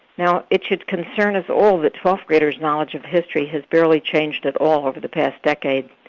now it should concern us all that twelfth graders' knowledge of history has barely changed at all over the past decade.